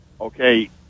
Okay